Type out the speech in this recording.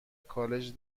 کالج